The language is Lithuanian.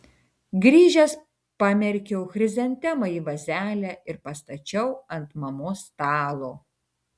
grįžęs pamerkiau chrizantemą į vazelę ir pastačiau ant mamos stalo